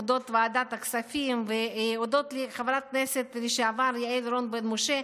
הודות לוועדת הכספים והודות לחברת הכנסת לשעבר יעל רון בן משה,